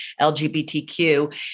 LGBTQ